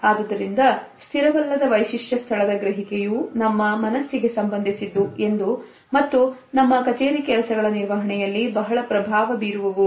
ಆದುದರಿಂದ ಸ್ಥಿರವಲ್ಲದ ವೈಶಿಷ್ಟ್ಯ ಸ್ಥಳದ ಗ್ರಹಿಕೆಯು ನಮ್ಮ ಮನಸ್ಸಿಗೆ ಸಂಬಂಧಿಸಿದ್ದು ಎಂದು ಮತ್ತು ನಮ್ಮ ಕಚೇರಿ ಕೆಲಸಗಳ ನಿರ್ವಹಣೆಯಲ್ಲಿ ಬಹಳ ಪ್ರಭಾವ ಬೀರುವುವು